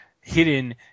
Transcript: hidden